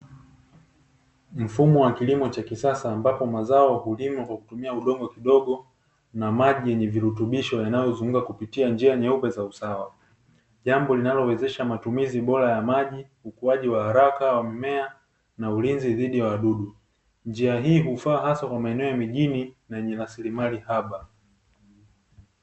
Mfumo wa kilimo cha kisasa ambapo mazao hulimwa kwa kutumia udongo kidogo, na maji yenye virutubisho yanayozunguka kupitia njia nyeupe za usawa. Jambo linalowezesha matumizi bora ya maji, ukuaji wa haraka wa mimea na ulinzi dhidi ya wadudu. Njia hii hufaa hasa kwa maeneo ya mijini na yenye rasilimali haba.